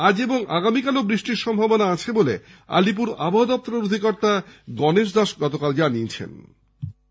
আজ এবং আগামীকালও বৃষ্টির সম্ভাবনা আছে বলে আলিপুর আবহাওয়া দফতরের অধিকর্তা গণেশ দাশ জানিয়েছেন